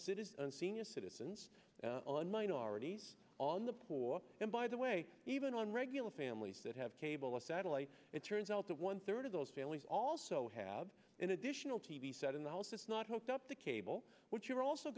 citizens senior citizens and minorities on the poor and by the way even on regular families that have cable or satellite it turns out that one third of those also have an additional t v set in the house is not hooked up to cable but you're also